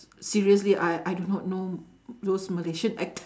seriously I I do not know those malaysian actors